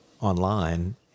online